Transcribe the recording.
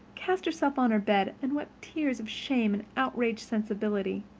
cast herself on her bed and wept tears of shame and outraged sensibility.